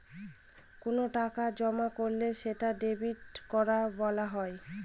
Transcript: কোনো টাকা জমা করলে সেটা ডেবিট করা বলা হয়